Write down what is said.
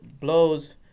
blows